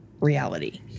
reality